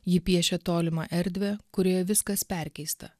ji piešia tolimą erdvę kurioje viskas perkeista